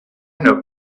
know